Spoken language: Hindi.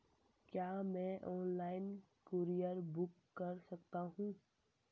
क्या मैं ऑनलाइन कूरियर बुक कर सकता हूँ?